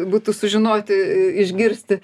būtų sužinoti išgirsti